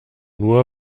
nur